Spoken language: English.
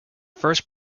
first